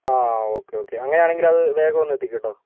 ആ okay okay അങ്ങനെയാണെങ്കിലത് വേഗമൊന്ന് എത്തിക്ക് കെട്ടോ